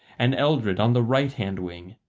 and eldred on the right-hand wing,